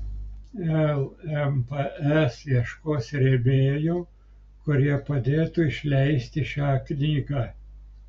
lmps ieškos rėmėjų kurie padėtų išleisti šią knygą